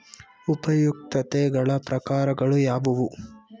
ಉಪಯುಕ್ತತೆಗಳ ಪ್ರಕಾರಗಳು ಯಾವುವು?